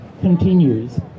continues